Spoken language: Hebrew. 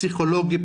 פסיכולוגים,